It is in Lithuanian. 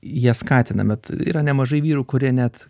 jie skatina bet yra nemažai vyrų kurie net